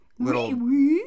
little